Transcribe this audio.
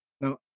Now